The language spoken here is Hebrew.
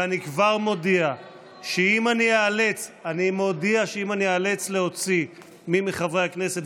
ואני מודיע שאם איאלץ להוציא מי מחברי הכנסת,